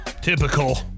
Typical